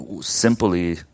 Simply